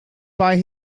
buy